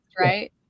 right